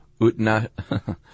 Utna